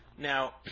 Now